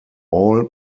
all